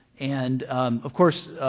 and of course,